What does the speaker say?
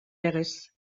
legez